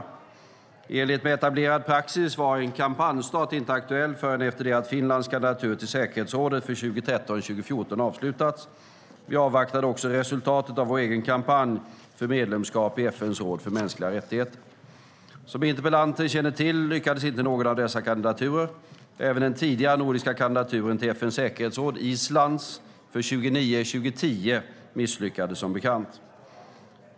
I enlighet med etablerad praxis var en kampanjstart inte aktuell förrän Finlands kandidatur till säkerhetsrådet för 2013-2014 avslutats. Vi avvaktade också resultatet av vår egen kampanj för medlemskap i FN:s råd för mänskliga rättigheter. Som interpellanten känner till lyckades inte någon av dessa kandidaturer. Även den tidigare nordiska kandidaturen till FN:s säkerhetsråd, Islands för 2009-2010, misslyckades som bekant.